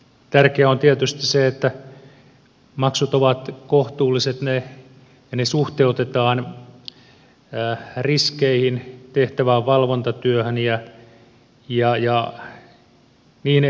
tärkeää on tietysti se että maksut ovat kohtuulliset ja ne suhteutetaan riskeihin tehtävään valvontatyöhön ja niin edespäin